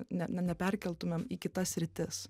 na neperkeltumėm į kitas sritis